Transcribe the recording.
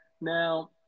Now